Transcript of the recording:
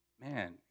man